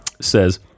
Says